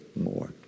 more